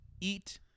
eat